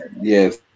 yes